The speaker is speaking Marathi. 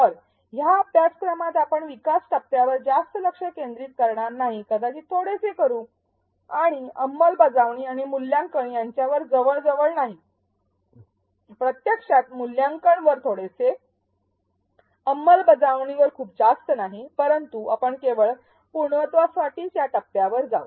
तर ह्या अभ्यासक्रमात आपण विकास टप्प्यावर जास्त लक्ष केंद्रित करणार नाही कदाचित थोडेसे करू आणि अंमलबजावणी आणि मूल्यांकन यांच्यावर जवळजवळ नाही प्रत्यक्षात मूल्यांकन वर थोडेसे अंमलबजावणीवर खूप जास्त नाही परंतु आपण केवळ पूर्णत्वासाठीच या टप्प्यांमधून जाऊ